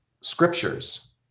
scriptures